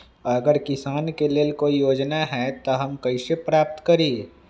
अगर किसान के लेल कोई योजना है त हम कईसे प्राप्त करी?